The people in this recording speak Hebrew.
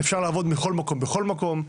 אפשר לעבוד מכל מקום בכל מקום,